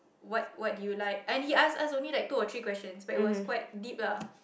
what what do you like and he ask us only like two or three question but it was quite deep lah